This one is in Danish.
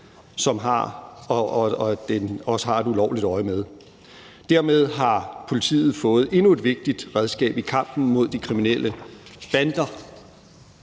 dels at den også har et ulovligt øjemed. Dermed har politiet fået endnu et vigtigt redskab i kampen mod de kriminelle bander.